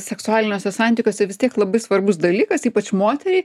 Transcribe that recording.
seksualiniuose santykiuose vis tiek labai svarbus dalykas ypač moteriai